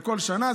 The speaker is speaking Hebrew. לכל שנה.